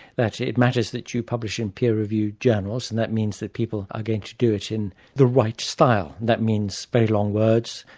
that it matters that you publish in peer review journals, and that means that people are going to do it in the right style, that means very long words,